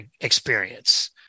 experience